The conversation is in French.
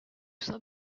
saint